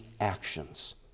actions